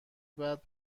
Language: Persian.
بعد